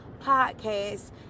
podcast